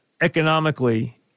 economically